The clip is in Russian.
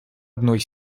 одной